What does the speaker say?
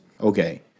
Okay